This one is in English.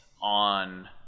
on